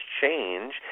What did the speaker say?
change